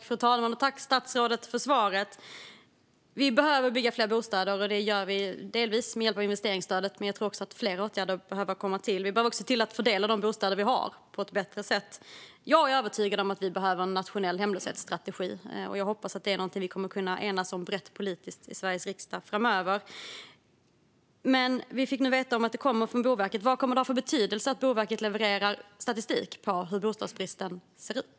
Fru talman! Jag tackar statsrådet för svaret. Det behöver byggas fler bostäder, och det görs delvis med hjälp av investeringsstödet. Jag tror dock att fler åtgärder behövs. Vi behöver också fördela de bostäder som finns på ett bättre sätt. Jag är övertygad om att vi behöver en nationell hemlöshetsstrategi, och jag hoppas att det är något vi kommer att kunna enas om brett politiskt i Sveriges riksdag framöver. Vi fick nu veta att det ska komma en utredning från Boverket. Vad kommer det att ha för betydelse att Boverket levererar statistik på hur bostadsbristen ser ut?